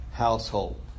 household